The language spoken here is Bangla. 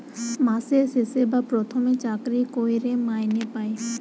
মাসের শেষে বা পথমে চাকরি ক্যইরে মাইলে পায়